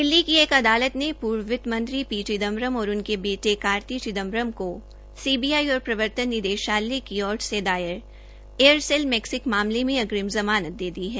दिल्ली के एक अदालत ने पूर्व वित्तमंत्री पी चिदम्बरम और उनके बेटे कारती चिदम्बरम को सीबीआई और प्रवर्तन निदेशालय की ओर से दायर एयरसेल मैक्सिस मामले में अग्रिम ज़मानत दे दी है